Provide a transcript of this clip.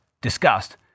discussed